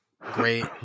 great